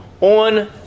on